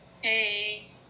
Hey